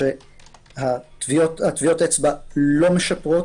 שטביעות האצבע לא משפרות,